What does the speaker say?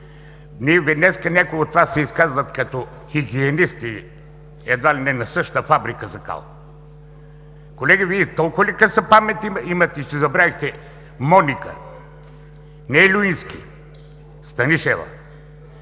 Днес някои от Вас се изказват като хигиенисти едва ли не на същата фабрика за кал. Колеги, Вие толкова ли къса памет имате, че забравихте Моника – не Люински, а Станишева,